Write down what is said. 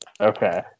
Okay